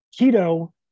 keto